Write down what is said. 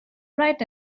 right